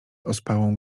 ospałą